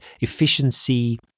efficiency